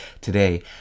Today